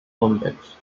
olympics